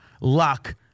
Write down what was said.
luck